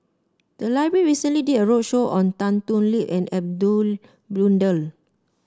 the library recently did a roadshow on Tan Thoon Lip and Edmund Blundell